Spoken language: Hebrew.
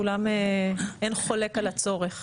אין חולק על הצורך